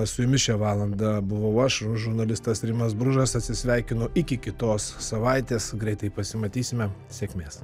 su jumis šią valandą buvau aš žurnalistasrimas bružas atsisveikinu iki kitos savaitės greitai pasimatysime sėkmės